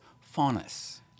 Faunus